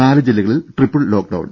നാല് ജില്ലകളിൽ triple lockdown